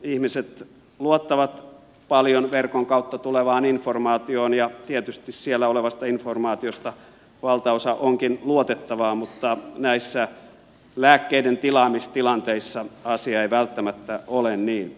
ihmiset luottavat paljon verkon kautta tulevaan informaatioon ja tietysti siellä olevasta informaatiosta valtaosa onkin luotettavaa mutta näissä lääkkeiden tilaamistilanteissa asia ei välttämättä ole niin